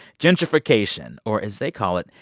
gentrification, or, as they call it,